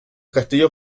castillos